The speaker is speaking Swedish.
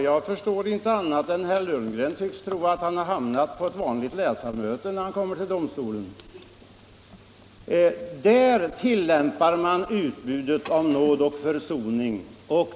Herr talman! Herr Lundgren tycks tro att han hamnar på ett vanligt läsarmöte när han kommer till domstolen. Vid ett sådant möte tillämpas budet om nåd och försoning.